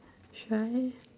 should I